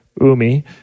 umi